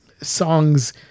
songs